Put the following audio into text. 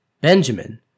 Benjamin